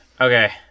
Okay